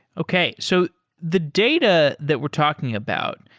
okay. so the data that we're talking about,